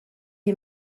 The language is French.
est